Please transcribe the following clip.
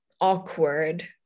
awkward